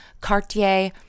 Cartier